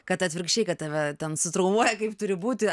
kad atvirkščiai kad tave ten su traumuoja kaip turi būti